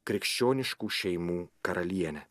krikščioniškų šeimų karaliene